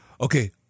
Okay